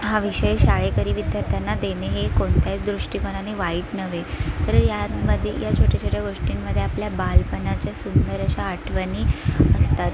हा विषय शाळकरी विद्यार्थ्यांना देणे हे कोणत्या दृष्टिकोनाने वाईट नव्हे तर यामध्ये या छोट्या छोट्या गोष्टींमध्ये आपल्या बालपणाच्या सुंदर अशा आठवणी असतात